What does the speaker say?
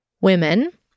Women